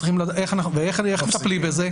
איך מטפלים בזה?